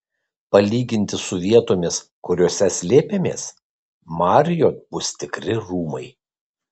palyginti su vietomis kuriose slėpėmės marriott bus tikri rūmai